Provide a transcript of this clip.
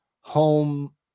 home